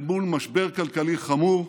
אל מול משבר כלכלי חמור,